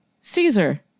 Caesar